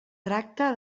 tracta